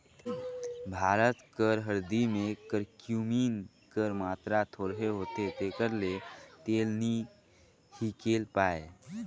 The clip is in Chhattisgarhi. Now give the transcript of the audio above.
भारत कर हरदी में करक्यूमिन कर मातरा थोरहें होथे तेकर ले तेल नी हिंकेल पाए